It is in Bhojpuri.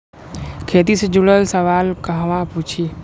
खेती से जुड़ल सवाल कहवा पूछी?